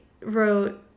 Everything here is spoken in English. wrote